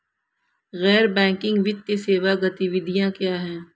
गैर बैंकिंग वित्तीय सेवा गतिविधियाँ क्या हैं?